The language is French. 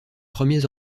premiers